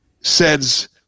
says